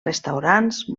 restaurants